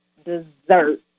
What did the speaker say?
dessert